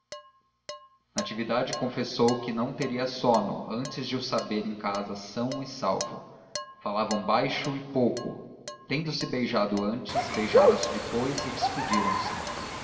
natividade confessou que não teria sono antes de o saber em casa são e salvo falavam baixo e pouco tendo-se beijado antes beijaram se depois e despediram-se